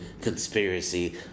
conspiracy